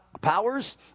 powers